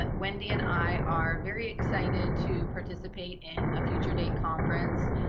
but wendy and i are very excited to participate in a future date conference.